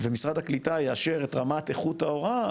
ומשרד הקליטה יאשר את רמת איכות ההוראה,